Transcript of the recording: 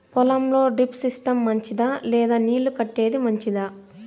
పొలం లో drip system మంచిదా లేదా నీళ్లు కట్టేది మంచిదా?